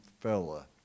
fella